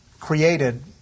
created